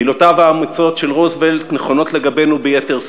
מילותיו האמיצות של רוזוולט נכונות לגבינו ביתר שאת: